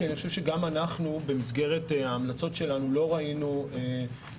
כי אני חושב שגם אנחנו במסגרת ההמלצות שלנו לא ראינו בהמלצות